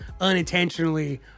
unintentionally